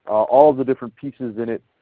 all the different pieces in it.